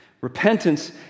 Repentance